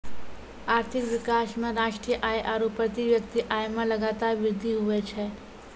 आर्थिक विकास मे राष्ट्रीय आय आरू प्रति व्यक्ति आय मे लगातार वृद्धि हुवै छै